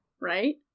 Right